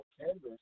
canvas